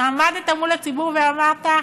מי שעמדת מול הציבור ואמרת: